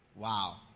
wow